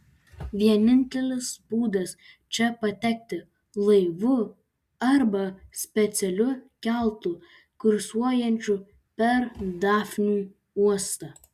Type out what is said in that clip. vienintelis būdas čia patekti laivu arba specialiu keltu kursuojančiu per dafnių uostą